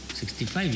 65